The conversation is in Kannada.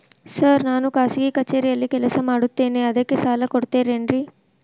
ಸರ್ ನಾನು ಖಾಸಗಿ ಕಚೇರಿಯಲ್ಲಿ ಕೆಲಸ ಮಾಡುತ್ತೇನೆ ಅದಕ್ಕೆ ಸಾಲ ಕೊಡ್ತೇರೇನ್ರಿ?